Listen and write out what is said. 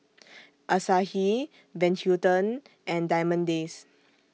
Asahi Van Houten and Diamond Days